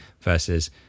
versus